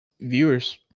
viewers